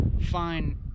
fine